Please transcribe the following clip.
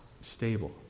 stable